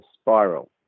spiral